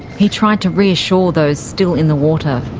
he tried to reassure those still in the water.